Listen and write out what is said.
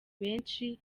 benshi